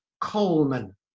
Coleman